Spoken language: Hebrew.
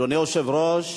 אדוני היושב-ראש,